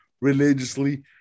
religiously